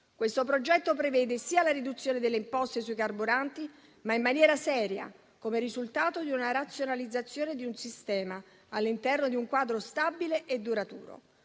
Questo progetto prevede la riduzione delle imposte sui carburanti, in maniera seria, come risultato della razionalizzazione di un sistema, all'interno di un quadro stabile e duraturo,